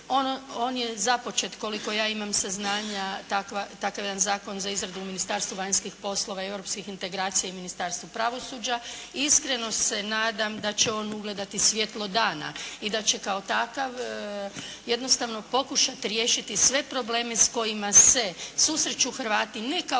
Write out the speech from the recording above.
on je započet, koliko ja imam saznanja, takav jedan zakon za izradu u Ministarstvu vanjskih poslova, europskih integracija i Ministarstvu pravosuđa. Iskreno se nadam da će on ugledati svjetlo dana i da će kao takav jednostavno pokušati riješiti sve probleme s kojima se susreću Hrvati ne kao